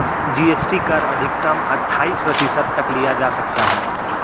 GST कर अधिकतम अठाइस प्रतिशत तक लिया जा सकता है